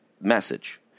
message